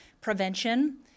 prevention